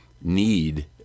need